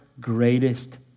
greatest